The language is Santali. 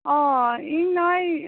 ᱚᱻ ᱤᱧ ᱱᱚᱜᱼᱚᱭ